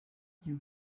you